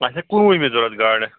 اَسہِ چھِ کُنوُہمہِ ضروٗرت گاڈٕ